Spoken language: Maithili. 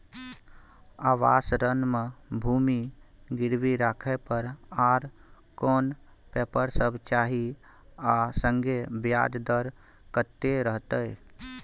आवास ऋण म भूमि गिरवी राखै पर आर कोन पेपर सब चाही आ संगे ब्याज दर कत्ते रहते?